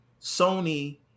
Sony